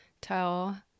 tell